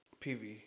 PV